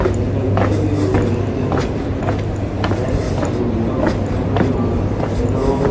எங்கள் பகுதியில் உள்ள இளைஞர்கள் வேலைக்கு செல்லும் இடம் பிரபலமானது பெங்களூர்